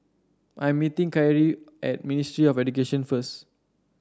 I am meeting Kyrie at Ministry of Education first